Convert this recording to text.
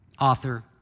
author